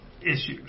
issues